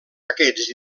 aquests